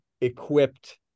equipped